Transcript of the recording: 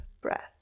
breath